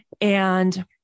And-